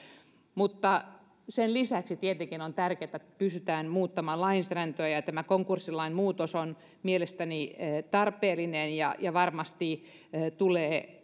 mutta sen lisäksi tietenkin on tärkeää että pystytään muuttamaan lainsäädäntöä tämä konkurssilain muutos on mielestäni tarpeellinen ja ja varmasti tulee